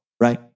right